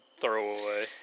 throwaway